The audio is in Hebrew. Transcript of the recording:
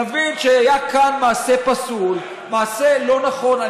נבין שהיה כאן מעשה פסול, מעשה לא נכון.